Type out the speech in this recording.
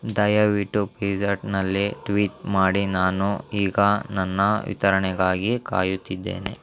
ದಯವಿಟ್ಟು ಪಿಜ್ಜಾ ಹಟ್ನಲ್ಲಿ ಟ್ವೀಟ್ ಮಾಡಿ ನಾನು ಈಗ ನನ್ನ ವಿತರಣೆಗಾಗಿ ಕಾಯುತ್ತಿದ್ದೇನೆ